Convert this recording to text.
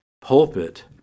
pulpit